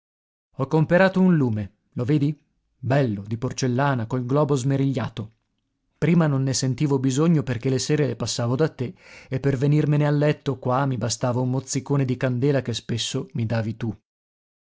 ho comperato un lume lo vedi bello di porcellana col globo smerigliato prima non ne sentivo bisogno perché le sere le passavo da te e per venirmene a letto qua mi bastava un mozzicone di candela che spesso mi davi tu